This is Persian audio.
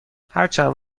هرچند